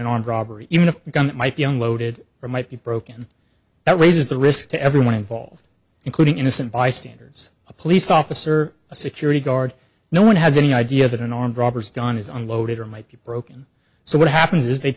an armed robbery even a gun might be unloaded or might be broken that raises the risk to everyone involved including innocent bystanders a police officer a security guard no one has any idea that an armed robbers don is unloaded or might be broken so what happens is they